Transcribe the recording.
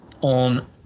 on